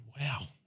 wow